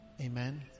Amen